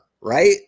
right